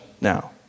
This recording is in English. now